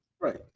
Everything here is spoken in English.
Right